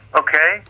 okay